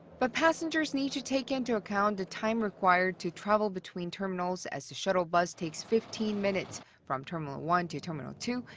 but passengers need to take into account the time required to travel between terminals as the shuttle bus takes fifteen minutes from terminal one to terminal two,